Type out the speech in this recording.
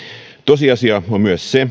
tosiasia on myös se